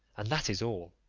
and that is all.